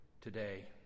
today